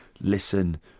listen